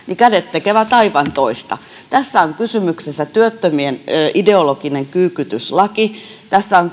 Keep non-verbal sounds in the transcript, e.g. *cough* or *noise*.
kädet tekevät aivan toista tässä on kysymyksessä työttömien ideologinen kyykytyslaki tässä on *unintelligible*